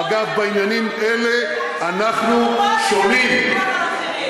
איך זה עובד במונופול,